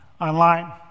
online